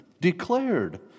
declared